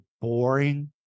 boring